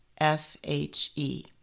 F-H-E